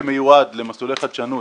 שמיועד למסלולי חדשנות,